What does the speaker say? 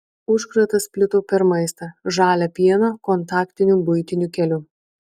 užkratas plito per maistą žalią pieną kontaktiniu buitiniu keliu